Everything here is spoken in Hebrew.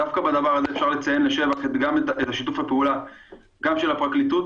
דווקא בדבר הזה אפשר לציין לשבח גם את שיתוף הפעולה גם של הפרקליטות